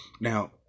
Now